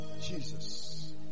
Jesus